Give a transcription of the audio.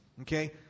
Okay